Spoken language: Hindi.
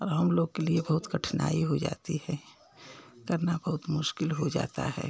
और हम लोग के लिए बहुत कठिनाई हो जाती है करना बहुत मुश्किल हो जाता है